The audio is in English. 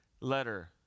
letter